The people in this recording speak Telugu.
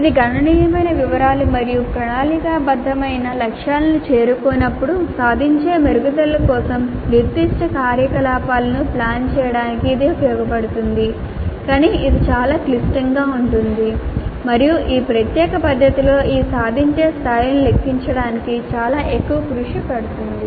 ఇది గణనీయమైన వివరాలు మరియు ప్రణాళికాబద్ధమైన లక్ష్యాలను చేరుకోనప్పుడు సాధించే మెరుగుదలల కోసం నిర్దిష్ట కార్యకలాపాలను ప్లాన్ చేయడానికి ఇది ఉపయోగపడుతుంది కానీ ఇది చాలా క్లిష్టంగా ఉంటుంది మరియు ఈ ప్రత్యేక పద్ధతిలో ఈ సాధించే స్థాయిలను లెక్కించడానికి చాలా ఎక్కువ కృషి పడుతుంది